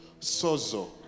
Sozo